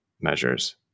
measures